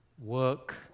work